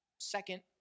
second